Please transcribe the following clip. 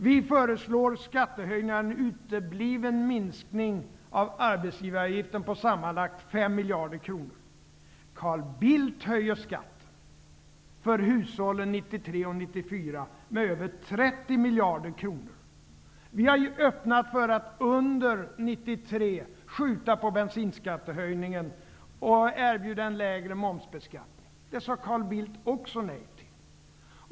Vi föreslår skattehöjningar och en utebliven minskning av arbetsgivaravgifterna på sammanlagt 5 miljarder kronor. Carl Bildt höjer skatten för hushållen 1993--1994 med över 30 miljarder kronor. Vi har öppnat för att under 1993 skjuta på bensinskattehöjningen och erbjuda en lägre momsbeskattning. Det sade Carl Bildt också nej till.